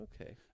Okay